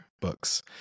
books